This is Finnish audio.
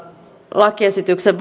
lakiesityksen